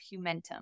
Humentum